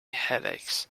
headaches